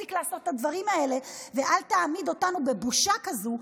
תפסיק לעשות את הדברים האלה ואל תעמיד אותנו בבושה כזאת,